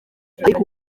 ariko